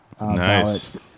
Nice